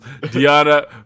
Diana